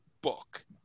book